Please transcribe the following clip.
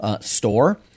store